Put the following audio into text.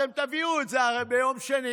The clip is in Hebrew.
הרי אתם תביאו את זה ביום שני.